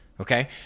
okay